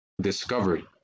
discovery